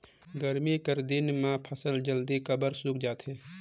गरमी कर दिन म फसल जल्दी काबर सूख जाथे?